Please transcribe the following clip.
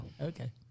Okay